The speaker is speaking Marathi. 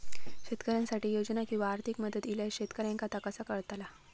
शेतकऱ्यांसाठी योजना किंवा आर्थिक मदत इल्यास शेतकऱ्यांका ता कसा कळतला?